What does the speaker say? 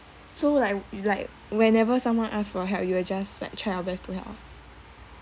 so like you like whenever someone asks for help you will just like try our best to help